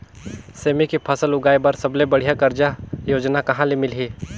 सेमी के फसल उगाई बार सबले बढ़िया कर्जा योजना कहा ले मिलही?